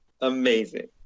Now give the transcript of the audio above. amazing